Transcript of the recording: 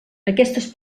aquestes